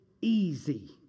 easy